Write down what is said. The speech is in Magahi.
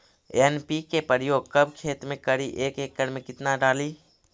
एन.पी.के प्रयोग कब खेत मे करि एक एकड़ मे कितना डाली?